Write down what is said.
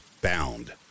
bound